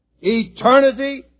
eternity